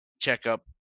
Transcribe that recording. checkup